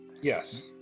Yes